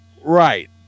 Right